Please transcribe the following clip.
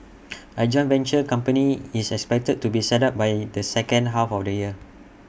A joint venture company is expected to be set up by the second half of the year